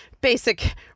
basic